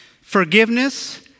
Forgiveness